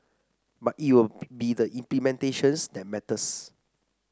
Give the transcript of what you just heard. but it will be the implementations that matters